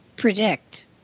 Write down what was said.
predict